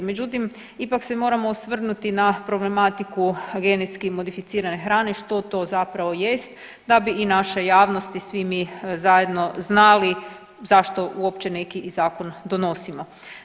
Međutim, ipak se moramo osvrnuti na problematiku genetski modificirane hrane, što to zapravo jest da bi i naša javnost i svi mi zajedno znali zašto uopće neki i zakon donosimo.